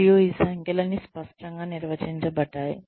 మరియు ఈ సంఖ్యలన్నీ స్పష్టంగా నిర్వచించబడ్డాయి